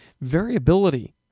variability